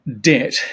debt